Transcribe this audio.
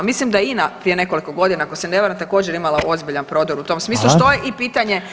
A mislim da je INA prije nekoliko godina ako se ne varam također imala ozbiljan prodor u tom smislu [[Upadica Reiner: Hvala.]] što je i pitanje